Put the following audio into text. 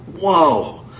whoa